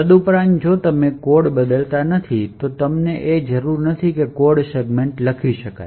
તદુપરાંત જો તમે કોડ બદલાતા નથી તો અમને તે જરૂરી નથી કે કોડ સેગમેન્ટ્સ લખી શકાય